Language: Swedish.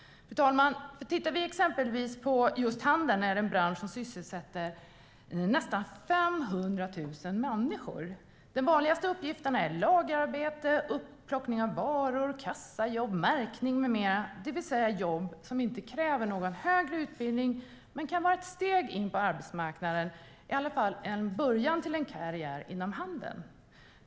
Fru talman! Tittar vi på exempelvis just handeln är det en bransch som sysselsätter nästan 500 000 människor. De vanligaste uppgifterna är lagerarbete, upplockning av varor, kassajobb, märkning med mera, det vill säga jobb som inte kräver någon högre utbildning men som kan vara ett steg in på arbetsmarknaden och början på en karriär inom handeln.